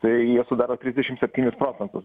tai jie sudaro trisdešim septynis procentus